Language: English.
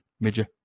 midget